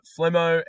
Flemo